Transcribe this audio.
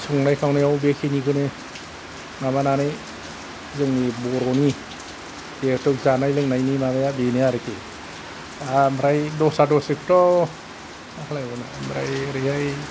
संनाय खावनायाव बेखिनिखौनो माबानानै जोंनि बर'नि गांनाय लोंनायनि माबाया बेनो आरखि आमफ्राय दस्रा दस्रिखौथ' मा खालायबावनो आमफ्राय ओरैहाय